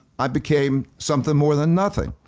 i became something more than nothing.